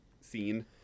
scene